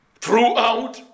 throughout